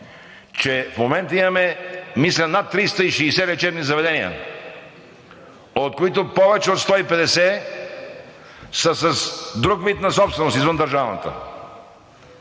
че в момента имаме, мисля, над 360 лечебни заведения, от които повече от 150 са с друг вид на собственост извън държавната.